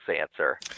answer